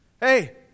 hey